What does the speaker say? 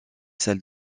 salles